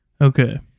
Okay